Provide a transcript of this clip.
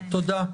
תודה,